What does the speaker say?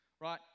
right